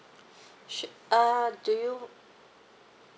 uh do you